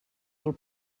del